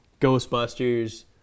Ghostbusters